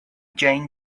jane